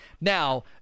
Now